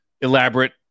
elaborate